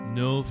no